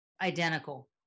identical